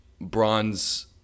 Bronze